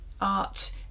art